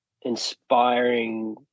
inspiring